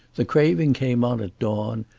the craving came on at dawn,